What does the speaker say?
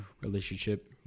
relationship